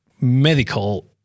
medical